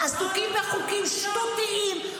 עסוקים בחוקים שטותיים,